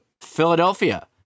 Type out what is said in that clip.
Philadelphia